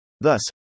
Thus